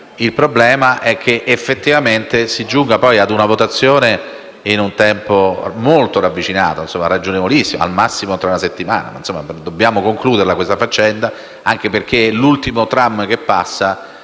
il problema è che effettivamente si giunga poi a una votazione in un tempo molto ravvicinato, ragionevolissimo: tra una settimana al massimo. Dobbiamo concludere questa vicenda, anche perché l'ultimo tram che passa